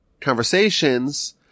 conversations